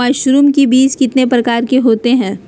Mushroom का बीज कितने प्रकार के होते है?